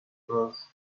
cross